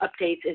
updates